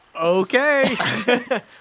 Okay